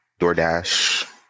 DoorDash